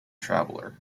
traveller